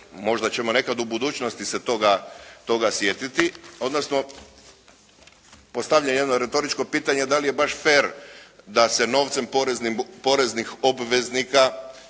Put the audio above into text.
možda ćemo nekad u budućnosti se toga sjetiti, odnosno postavlja jedno retoričko pitanje da li je baš fer da se novcem poreznih obveznika